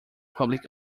public